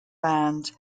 land